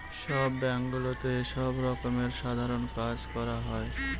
সব ব্যাঙ্কগুলোতে সব রকমের সাধারণ কাজ করা হয়